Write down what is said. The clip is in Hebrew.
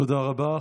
תודה רבה.